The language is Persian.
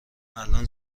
الان